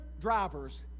drivers